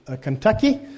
Kentucky